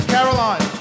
Caroline